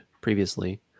previously